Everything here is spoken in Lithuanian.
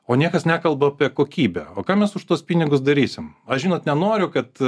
o niekas nekalba apie kokybę o ką mes už tuos pinigus darysim aš žinot nenoriu kad